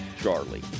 Charlie